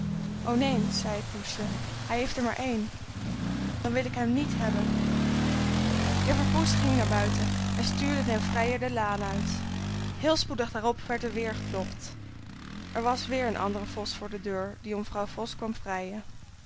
o neen zei het poesje hij heeft er maar één dan wil ik hem niet hebben juffer poes ging naar buiten en stuurde den vrijer de laan uit heel spoedig daarop werd er weêr geklopt er was weêr een andere vos voor de deur die om vrouw vos kwam vrijen